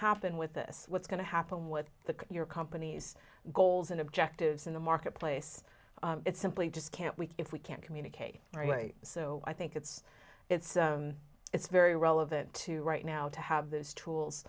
happen with this what's going to happen with the your company's goals and objectives in the marketplace it's simply just can't we if we can't communicate right away so i think it's it's it's very relevant to right now to have those tools